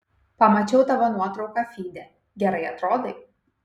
pamačiau tavo nuotrauką fyde gerai atrodai